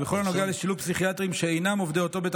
ובכל הנוגע לשילוב פסיכיאטרים שאינם עובדי אותו בית